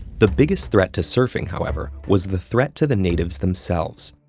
the biggest threat to surfing, however, was the threat to the natives themselves.